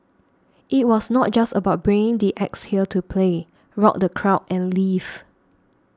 it was not a just about bringing the acts here to play rock the crowd and leave